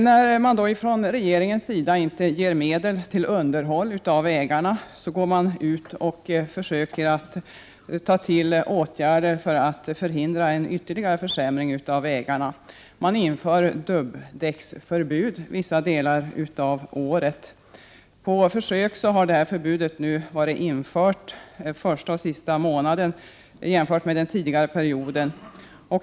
När regeringen då inte ger medel till underhåll av vägarna, går den ut och försöker vidta åtgärder för att förhindra en ytterligare försämring av vägarna genom att införa dubbdäcksförbud vissa delar av året. På försök har förbudet införts en månad tidigare och upphävts en månad tidigare jämfört med den förra perioden.